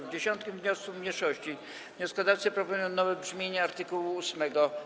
W 10. wniosku mniejszości wnioskodawcy proponują nowe brzmienie art. 8.